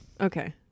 Okay